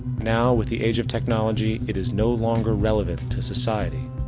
now, with the age of technology, it is no longer relevant to society.